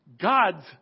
God's